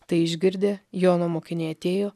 tai išgirdę jono mokiniai atėjo